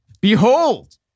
Behold